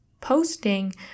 posting